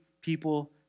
people